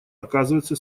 оказываются